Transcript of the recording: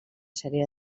sèrie